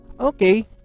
Okay